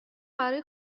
برای